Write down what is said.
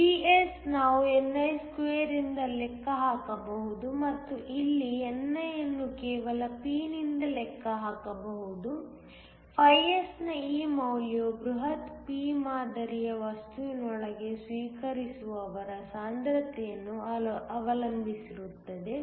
PS ನಾವು ni2 ಇಂದ ಲೆಕ್ಕ ಹಾಕಬಹುದು ಮತ್ತು ಇಲ್ಲಿ ni ಅನ್ನು ಕೇವಲ P ನಿಂದ ಲೆಕ್ಕ ಹಾಕಬಹುದುS ನ ಈ ಮೌಲ್ಯವು ಬೃಹತ್ p ಮಾದರಿಯ ವಸ್ತುವಿನೊಳಗೆ ಸ್ವೀಕರಿಸುವವರ ಸಾಂದ್ರತೆಯನ್ನು ಅವಲಂಬಿಸಿರುತ್ತದೆ